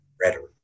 rhetoric